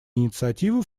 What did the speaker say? инициативы